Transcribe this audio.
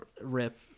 Rip